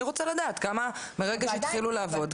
אני רוצה לדעת מרגע שהתחילו לעבוד,